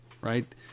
right